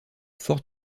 fort